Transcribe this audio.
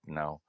now